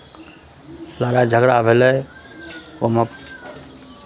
लड़ाइ झगड़ा भेलै कोनो